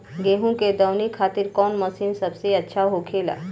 गेहु के दऊनी खातिर कौन मशीन सबसे अच्छा होखेला?